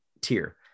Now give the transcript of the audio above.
tier